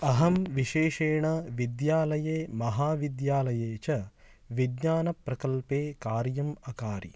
अहं विशेषेण विद्यालये महाविद्यालये च विज्ञानप्रकल्पे कार्यम् अकारि